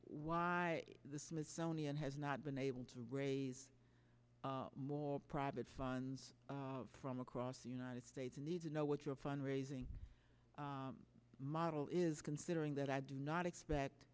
why the smithsonian has not been able to raise more private funds from across the united states need to know what your fund raising model is considering that i do not expect